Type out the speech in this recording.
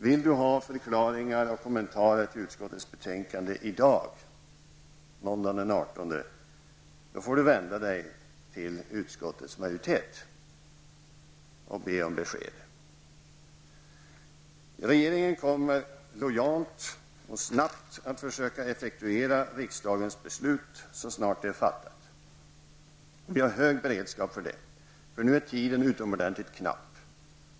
Vill ni, sade jag, ha förklaringar och kommentarer till utskottets betänkande i dag, måndagen den 18, får ni vända er till utskottets majoritet och be om besked. Regeringen kommer att lojalt och snabbt försöka effektuera riksdagens beslut så snart detta är fattat. Vi har hög beredskap, eftersom tiden nu är utomordentligt knapp.